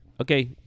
okay